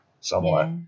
somewhat